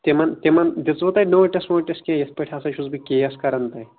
تِمن تِمن دِژوٕ تۄہہِ نوٹس ووٹس کینہہ یتھ کٔنۍ ہسا چُھس بہٕ کیس کران تۄہہِ